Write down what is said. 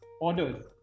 orders